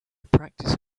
practice